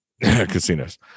casinos